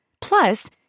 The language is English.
Plus